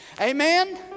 Amen